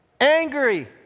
Angry